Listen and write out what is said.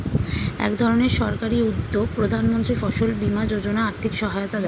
একধরনের সরকারি উদ্যোগ প্রধানমন্ত্রী ফসল বীমা যোজনা আর্থিক সহায়তা দেয়